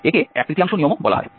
একে এক তৃতীয়াংশ নিয়মও বলা হয়